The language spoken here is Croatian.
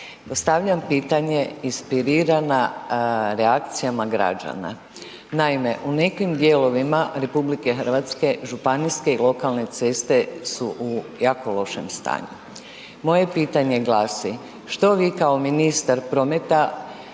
postavljam pitanje inspirirana reakcijama građana. Naime, u nekim dijelovima RH županijske i lokalne ceste su u jako lošem stanju. Moje pitanje glasi što vi kao ministar prometa